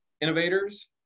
innovators